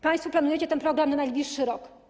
Państwo planujecie ten program tylko na najbliższy rok.